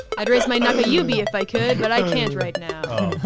i'd raise my nakayubi if i could, but i can't right now.